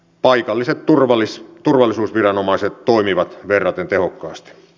paikalliset turvallisuusviranomaiset toimivat verraten tehokkaasti